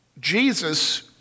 Jesus